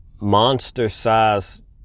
monster-sized